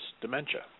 dementia